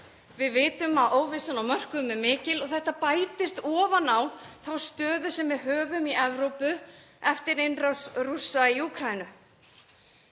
Við vitum að óvissan á mörkuðum er mikil og þetta bætist ofan á þá stöðu sem við höfum í Evrópu eftir innrás Rússa í Úkraínu.